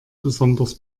besonders